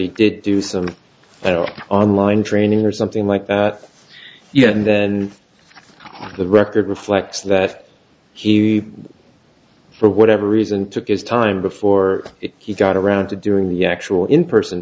he did do some that are online training or something like that yet and then the record reflects that he for whatever reason took his time before he got around to doing the actual in person